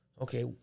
okay